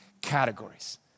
categories